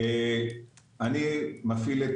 מפעיל את